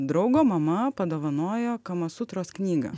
draugo mama padovanojo kamasutros knygą